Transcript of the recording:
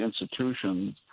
institutions